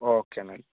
okay എന്നാൽ